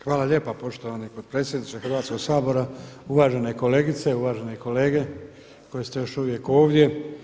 Hvala lijepa poštovani potpredsjedniče Hrvatskoga sabora, uvažene kolegice, uvaženi kolege koji ste još uvijek ovdje.